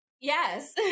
yes